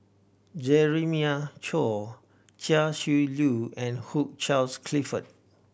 Jeremiah Choy Chia Shi Lu and Hugh Charles Clifford